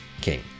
King